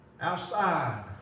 Outside